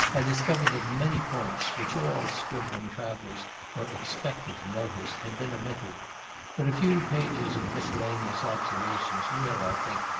i discovered that many points, which all scribbling travellers are expected to notice, had been omitted but a few pages of miscellaneous observations will, i think,